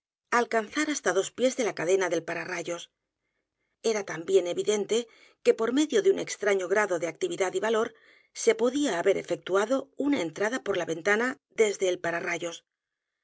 alcanzar hasta dos pies de la cadena del pararrayos e r a también evidente que por medio de un extraño grado de actividad y valor se podía haber efectuado una entrada por la ventana desde el pararrayos